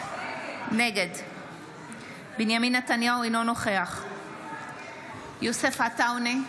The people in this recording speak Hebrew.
נגד בנימין נתניהו, אינו נוכח יוסף עטאונה,